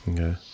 Okay